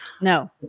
no